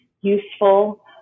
useful